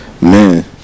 man